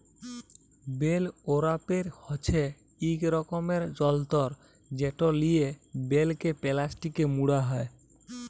bell wrapper হছে ইক রকমের যল্তর যেট লিয়ে বেলকে পেলাস্টিকে মুড়া হ্যয়